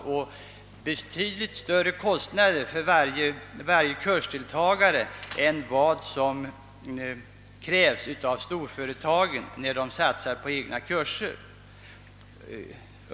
Man har också betydligt större kostnader än vad storföretagen har för sina egna kurser.